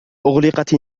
أغلقت